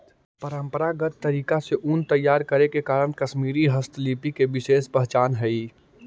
परम्परागत तरीका से ऊन तैयार करे के कारण कश्मीरी हस्तशिल्प के विशेष पहचान हइ